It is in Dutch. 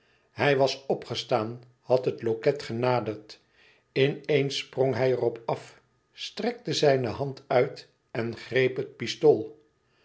hij was opgestaan had het loket genaderd in eens sprong hij er op af strekte zijne hand uit en greep het pistool